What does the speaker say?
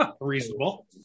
reasonable